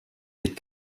that